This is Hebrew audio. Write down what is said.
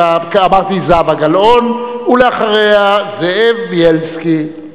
אמרתי, זהבה גלאון, ואחריה, זאב בילסקי.